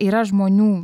yra žmonių